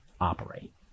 operate